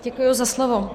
Děkuji za slovo.